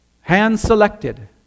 hand-selected